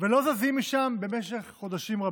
ולא זזים משם במשך חודשים רבים.